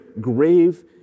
grave